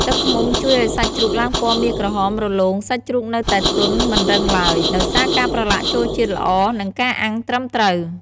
ទឹកឃ្មុំជួយឱ្យសាច់ជ្រូកឡើងពណ៌មាសក្រហម រលោង សាច់ជ្រូកនៅតែទន់ មិនរឹងឡើយ ដោយសារការប្រឡាក់ចូលជាតិល្អ និងការអាំងត្រឹមត្រូវ។